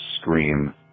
scream